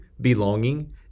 belonging